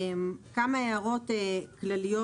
כמה הערות כלליות.